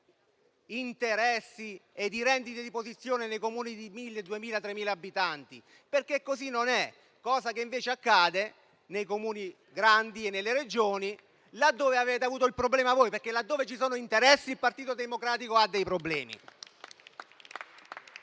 interessi e di rendite di posizione nei Comuni di 1.000, 2.000 o 3.000 abitanti, perché così non è; cosa che invece accade nei Comuni grandi e nelle Regioni laddove avete avuto il problema voi, perché laddove ci sono interessi il Partito Democratico ha dei problemi.